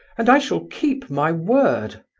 and i shall keep my word,